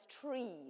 trees